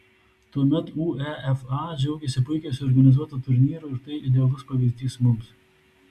tuomet uefa džiaugėsi puikiai suorganizuotu turnyru ir tai idealus pavyzdys mums